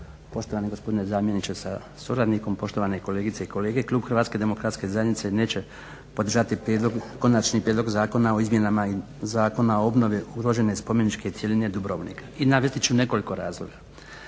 poštovani gospodine zamjeniče sa suradnikom, poštovane kolegice i kolege, klub HDZ-a neće podržati prijedlog Konačni prijedlog zakona o izmjenama Zakona o obnovi ugrožene spomeničke cjeline Dubrovnika i navesti ću nekoliko razloga.